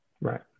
Right